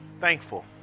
thankful